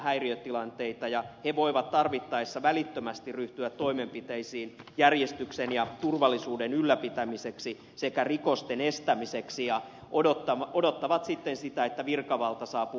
he voivat tarvittaessa välittömästi ryhtyä toimenpiteisiin järjestyksen ja turvallisuuden ylläpitämiseksi sekä rikosten estämiseksi ja odottavat sitten sitä että virkavalta saapuu paikalle